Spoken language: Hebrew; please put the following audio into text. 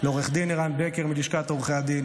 לעו"ד ערן בקר מלשכת עורכי הדין,